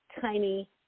tiny